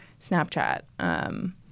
Snapchat